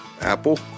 apple